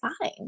fine